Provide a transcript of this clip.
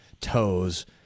toes